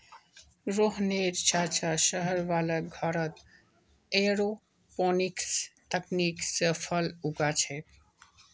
रोहनेर चाचा शहर वाला घरत एयरोपोनिक्स तकनीक स फल उगा छेक